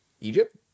egypt